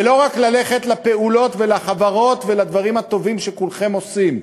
ולא רק ללכת לפעולות ולחברות ולדברים הטובים שכולכם עושים,